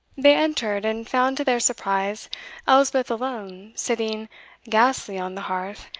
they entered, and found to their surprise elspeth alone, sitting ghastly on the hearth,